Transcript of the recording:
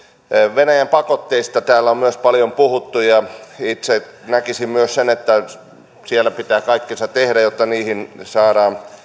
venäjän pakotteista täällä on myös paljon puhuttu ja itse näkisin myös että siellä pitää kaikkensa tehdä jotta niihin saadaan